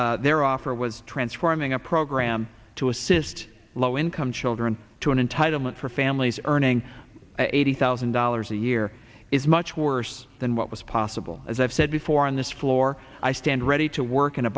their offer was transforming a program to assist low income children to an entitlement for families earning eighty thousand dollars a year is much worse than what was possible as i've said before on this floor i stand ready to work in a